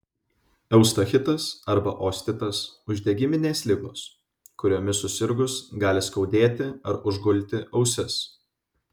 eustachitas arba ostitas uždegiminės ligos kuriomis susirgus gali skaudėti ar užgulti ausis